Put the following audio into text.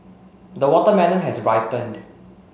the watermelon has ripened